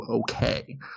okay